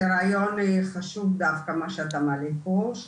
זה רעיון חשוב דווקא מה שאתה מעלה פה,